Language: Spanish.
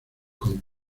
con